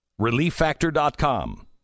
ReliefFactor.com